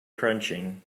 crunching